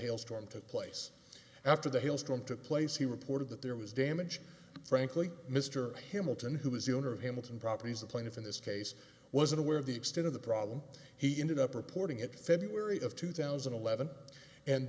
hailstorm took place after the hailstorm took place he reported that there was damage frankly mr hamilton who is the owner of him and properties the plaintiff in this case wasn't aware of the extent of the problem he ended up reporting it february of two thousand and eleven and